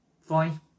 Fine